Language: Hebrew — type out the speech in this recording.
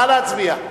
נא להצביע.